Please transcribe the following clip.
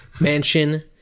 mansion